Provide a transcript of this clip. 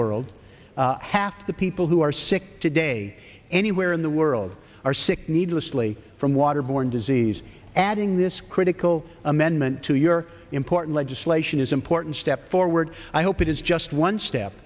world half the people who are sick today anywhere in the world are sick needlessly from water borne disease adding this critical amendment to your important legislation is important step forward i hope it is just one step